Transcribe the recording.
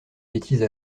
bêtises